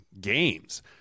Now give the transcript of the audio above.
games